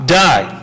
die